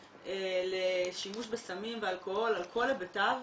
לשימוש בסמים ואלכוהול על כל היבטיו,